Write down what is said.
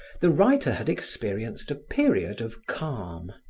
the writer had experienced a period of calm.